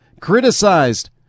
criticized